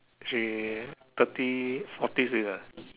she thirties forties already lah